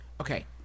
Okay